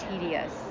tedious